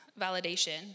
validation